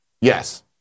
yes